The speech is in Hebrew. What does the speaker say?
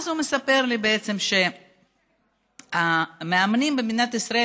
הוא מספר לי בעצם שהמאמנים במדינת ישראל,